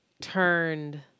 turned